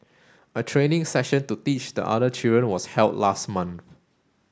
a training session to teach the other children was held last month